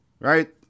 right